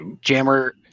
jammer